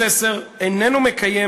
ואם לדייק